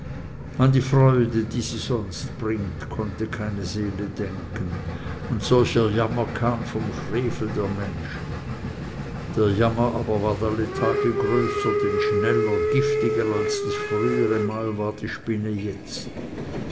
an die freude die sie sonst bringt konnte keine seele denken und solcher jammer kam vom frevel der menschen der jammer aber ward alle tage größer denn schneller giftiger als das frühere mal war die spinne jetzt